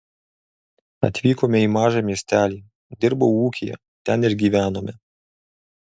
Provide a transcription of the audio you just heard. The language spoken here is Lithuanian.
atvykome į mažą miestelį dirbau ūkyje ten ir gyvenome